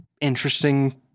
interesting